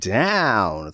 down